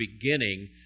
beginning